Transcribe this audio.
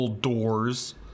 doors